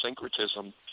syncretism